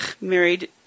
married